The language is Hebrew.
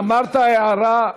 אמרת הערה,